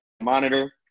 Monitor